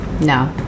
No